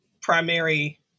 primary